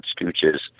scooches